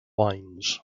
wines